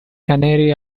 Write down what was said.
canary